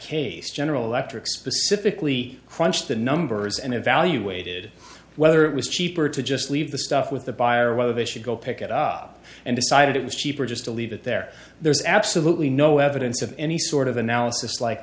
case general electric specifically crunched the numbers and evaluated whether it was cheaper to just leave the stuff with the buyer whether they should go pick it up and decided it was cheaper just to leave it there there's absolutely no evidence of any sort of analysis like